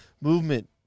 movement